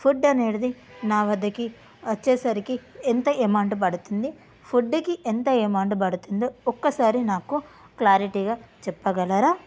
food అనేది నా వద్దకి వచ్చేసరికి ఎంత అమౌంట్ పడుతుంది ఫుడ్కి ఎంత అమౌంట్ పడుతుందో ఒక్కసారి నాకు క్లారిటీగా చెప్పగలరా